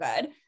good